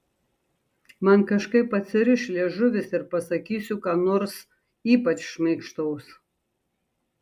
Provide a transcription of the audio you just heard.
man kažkaip atsiriš liežuvis ir pasakysiu ką nors ypač šmaikštaus